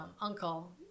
uncle